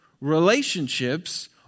relationships